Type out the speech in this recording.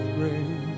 rain